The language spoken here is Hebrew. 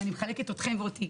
אם אני עושה את החלוקה הזאת,